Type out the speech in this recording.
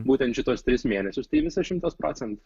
būtent šituos tris mėnesius tai visas šimtas procentų